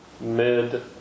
mid